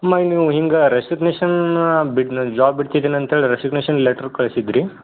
ಅಮ್ಮ ಈಗ ನೀವು ಹೀಗೆ ರೆಸಿಗ್ನೇಷನ್ ಬಿಡು ನಾ ಜಾಬ್ ಬಿಡ್ತಿದೀನ್ ಅಂತ್ಹೇಳಿ ರೆಸಿಗ್ನೇಷನ್ ಲೆಟ್ರ್ ಕಳಿಸಿದ್ರಿ